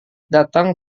datang